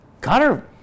Connor